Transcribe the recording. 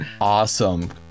awesome